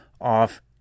off